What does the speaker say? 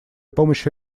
помощи